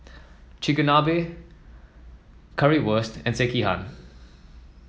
Chigenabe Currywurst and Sekihan